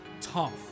tough